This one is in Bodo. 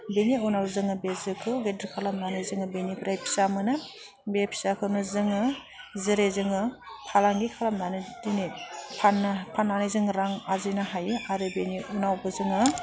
बेनि उनाव जोङो बे जोखौ बेद्रि खालामनानै जोङो बेनिफ्राय फिसा मोनो बे फिसाखौनो जोङो जेरै जोङो फालांगि खालामनानै दिनै फाननो फाननानै जों रां आरजिनो हायो आरो बेनि उनावबो जोङो